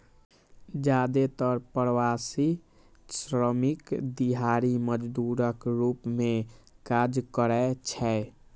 जादेतर प्रवासी श्रमिक दिहाड़ी मजदूरक रूप मे काज करै छै